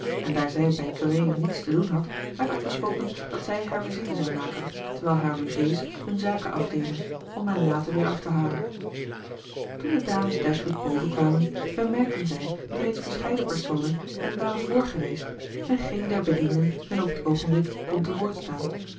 en daar zij bij gray niets te doen had werd afgesproken dat zij haar visite zou maken terwijl hare logées hun zaken afdeden om hen later weer af te halen toen de dames dashwood boven kwamen bemerkten zij dat reeds verscheiden personen hen waren vr geweest en geen der bedienden hun op het oogenblik kon te woord staan